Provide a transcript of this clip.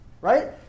Right